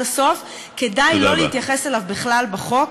הסוף כדאי שלא להתייחס אליו בכלל בחוק,